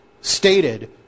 stated